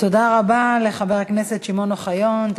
תודה רבה לחבר הכנסת שמעון אוחיון.